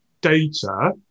data